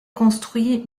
construit